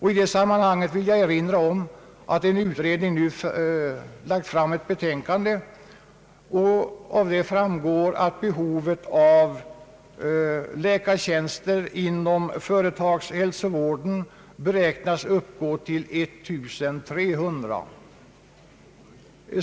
I det sammanhanget vill jag erinra om att en utredning nu lagt fram ett betänkande, av vilket framgår att behovet av läkartjänster inom företagshälsovården beräknas uppgå till 1 300.